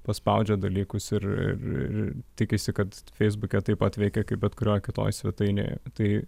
paspaudžia dalykus ir ir ir tikisi kad feisbuke taip pat veikia kaip bet kurioj kitoj svetainėje tai